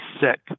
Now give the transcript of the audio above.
sick